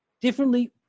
differently